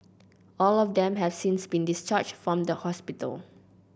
all of them have since been discharged from the hospital